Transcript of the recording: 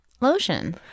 lotion